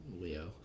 Leo